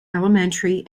elementary